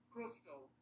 Crystal